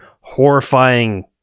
horrifying